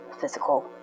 physical